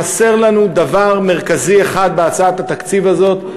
חסר לנו דבר מרכזי אחד בהצעת התקציב הזאת,